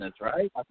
right